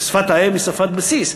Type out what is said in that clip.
שפת האם היא שפת בסיס.